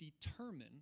determine